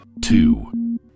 Two